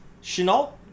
Chenault